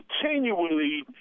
continually